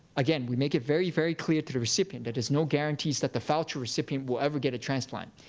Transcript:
again, we make it very, very clear to the recipient that there's no guarantees that the voucher recipient will ever get a transplant.